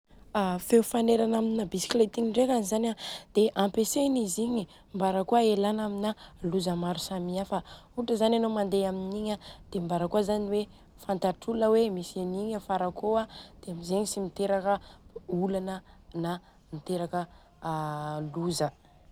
A feo fanerana amina bisikileta igny ndrekany zany an dia ampiasaina izy igny mbarakôa elana amina loza maro samy afa. Ohatra zany anô mandeha aminigny a dia mbarakôa zany hoe fantatr'olona hoe misy anigny afara akô a dia amzegny ts miteraka olana na miteraka loza.